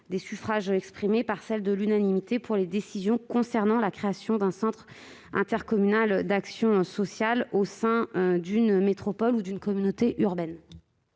des suffrages exprimés par celle de l'unanimité pour les décisions concernant la création d'un centre intercommunal d'action sociale, au sein d'une métropole ou d'une communauté urbaine.